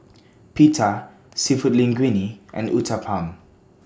Pita Seafood Linguine and Uthapam